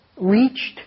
reached